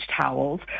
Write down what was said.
towels